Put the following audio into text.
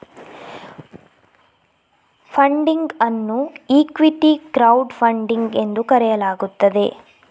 funding ಅನ್ನು equity crowd funding ಎಂದು ಕರೆಯಲಾಗುತ್ತದೆ